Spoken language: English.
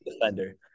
defender